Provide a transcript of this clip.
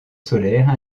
solaires